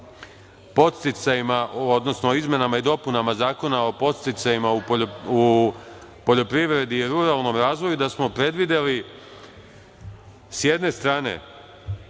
o izmenama i dopunama Zakona o podsticajima u poljoprivredi, ruralnom razvoju, da smo predvideli s jedne strane